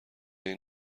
این